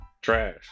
Trash